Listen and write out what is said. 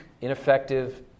ineffective